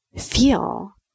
feel